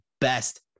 best